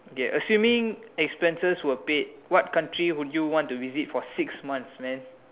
okay assuming expenses were paid what country would you want to visit for six months man